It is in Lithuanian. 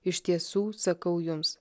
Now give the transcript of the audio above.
iš tiesų sakau jums